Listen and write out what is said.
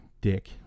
Dick